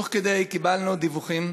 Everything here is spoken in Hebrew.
תוך כדי, קיבלנו דיווחים